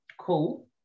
cool